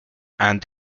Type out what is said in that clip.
and